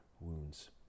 wounds